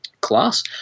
class